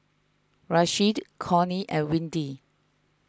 Rasheed Connie and Windy